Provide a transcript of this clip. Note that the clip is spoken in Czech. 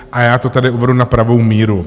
A já to tady uvedu na pravou míru.